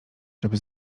żeby